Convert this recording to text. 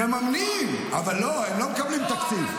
מממנים, אבל הם לא מקבלים תקציב.